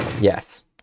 Yes